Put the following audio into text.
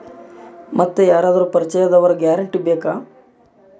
ಮತ್ತೆ ಯಾರಾದರೂ ಪರಿಚಯದವರ ಗ್ಯಾರಂಟಿ ಬೇಕಾ?